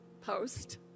post